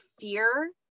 fear